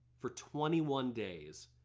for twenty one days,